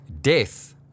Death